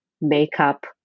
makeup